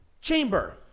Chamber